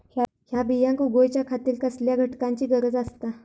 हया बियांक उगौच्या खातिर कसल्या घटकांची गरज आसता?